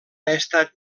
estat